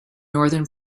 northern